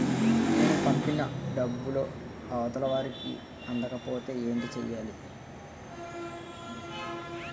నేను పంపిన డబ్బులు అవతల వారికి అందకపోతే ఏంటి చెయ్యాలి?